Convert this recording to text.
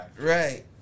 Right